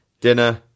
Dinner